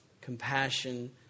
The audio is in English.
compassion